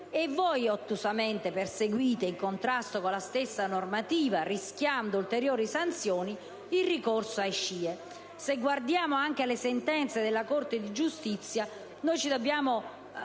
e voi ottusamente perseguite, in contrasto con la stessa normativa e rischiando ulteriori sanzioni, il ricorso ai CIE. Se esaminiamo anche le sentenze della Corte di giustizia, ci dobbiamo